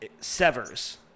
severs